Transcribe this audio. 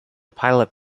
pilot